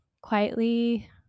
quietly